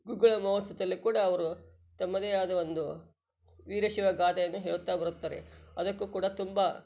ಗುಗ್ಗಳ ಮಹೋತ್ಸದಲ್ಲೆ ಕೂಡ ಅವರು ತಮ್ಮದೇ ಆದ ಒಂದು ವೀರಶೈವ ಗಾದೆಯನ್ನು ಹೇಳುತ್ತ ಬರುತ್ತಾರೆ ಅದಕ್ಕು ಕೂಡ ತುಂಬ